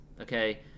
okay